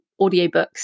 audiobooks